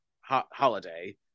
holiday